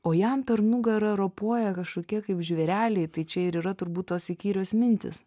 o jam per nugarą ropoja kažkokie kaip žvėreliai tai čia ir yra turbūt tos įkyrios mintys